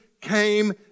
came